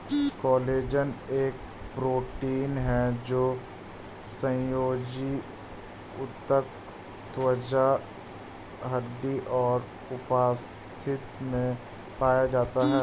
collagen एक protein है जो संयोजी ऊतक, त्वचा, हड्डी और उपास्थि में पाया जाता है